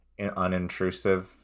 unintrusive